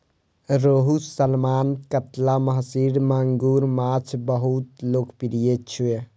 रोहू, सालमन, कतला, महसीर, मांगुर माछ बहुत लोकप्रिय छै